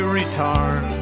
return